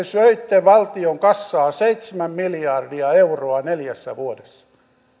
söitte valtion kassaa seitsemän miljardia euroa neljässä vuodessa